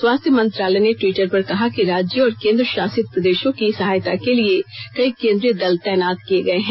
स्वास्थ्य मंत्रालय ने टवीटर पर कहा कि राज्यों और केन्द्रशासित प्रदेशों की सहायता के लिए कई केन्द्रीय दल तैनात किए गए हैं